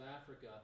Africa